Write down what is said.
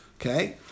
Okay